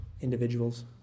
individuals